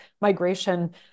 migration